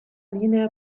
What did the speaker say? linea